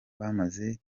bamaze